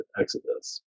exodus